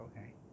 okay